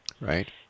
Right